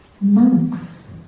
Monks